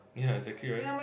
ya exactly right